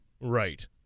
Right